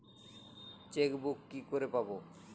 Chequebook কি করে পাবো?